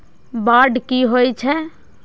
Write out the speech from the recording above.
Bond की होई छै?